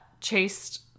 chased